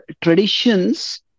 traditions